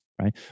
right